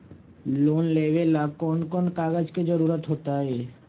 Loan लेवेला कौन कौन कागज के जरूरत होतई?